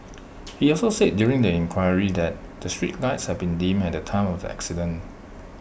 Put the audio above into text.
he also said during the inquiry that the street lights had been dim at the time of the accident